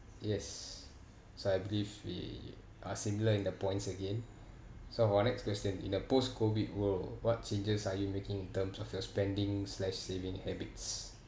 yes so I believe we are similar in the points again so for next question in a post-COVID world what changes are you making in terms of your spending slash saving habits